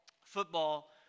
football